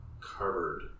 covered